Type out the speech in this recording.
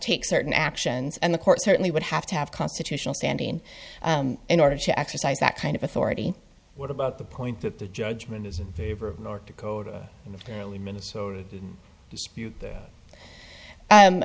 take certain actions and the courts certainly would have to have constitutional standing in order to exercise that kind of authority what about the point that the judgment is north dakota and minnesota